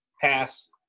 pass